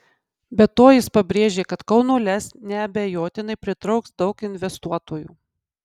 be to jis pabrėžė kad kauno lez neabejotinai pritrauks daug investuotojų